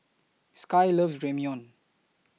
Sky loves Ramyeon